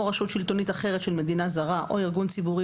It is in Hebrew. או רשות שלטונית אחרת של מדינה זרה או ארגון ציבורי